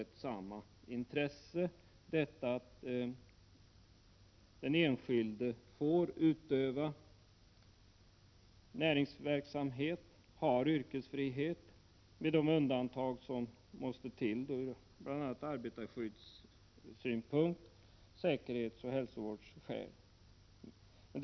1987/88:31 sett om samma intresse, nämligen att den enskilde får utöva näringsverksam 25 november 1987 het och har yrkesfrihet, med de undantag som måste till bl.a. ur arbetar = ng oa skyddssynpunkt, dvs. av säkerhetsoch hälsovårdsskäl.